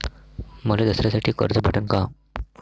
मले दसऱ्यासाठी कर्ज भेटन का?